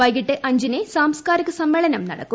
വൈകിട്ട് അഞ്ചിന് സാംസ് കാരിക സമ്മേളനം നടക്കും